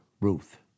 Ruth